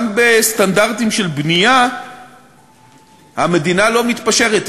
בסטנדרטים של בנייה המדינה לא מתפשרת.